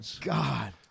God